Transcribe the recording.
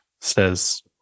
says